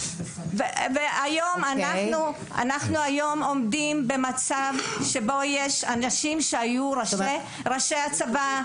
היום אנחנו עומדים במצב שבו יש אנשים שהיו ראשי הצבא,